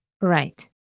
Right